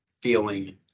feeling